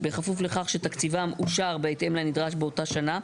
בכפוף לכך שתקציבם אושר בהתאם לנדרש באותה שנה".